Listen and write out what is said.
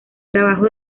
trabajo